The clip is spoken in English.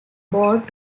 board